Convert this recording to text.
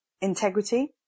integrity